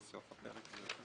המשפטית.